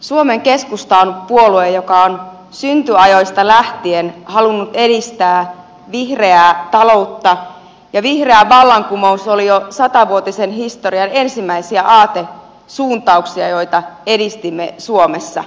suomen keskusta on puolue joka on syntyajoistaan lähtien halunnut edistää vihreää taloutta ja vihreä vallankumous oli jo satavuotisen historian ensimmäisiä aatesuuntauksia joita edistimme suomessa